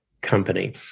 company